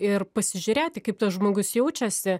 ir pasižiūrėti kaip tas žmogus jaučiasi